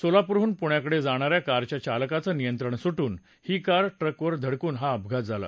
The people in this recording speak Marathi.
सोलापूरहून पुण्याकडे जाणाऱ्या कारच्या चालकाचं नियंत्रण सुटून ही कार ट्रकवर धडकून हा अपघात झाला